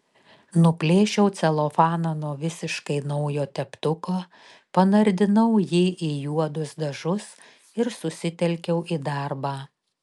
nuplėšiau celofaną nuo visiškai naujo teptuko panardinau jį į juodus dažus ir susitelkiau į darbą